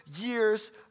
years